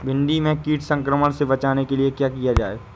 भिंडी में कीट संक्रमण से बचाने के लिए क्या किया जाए?